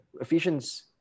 Ephesians